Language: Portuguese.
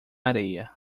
areia